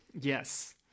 Yes